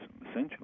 essentially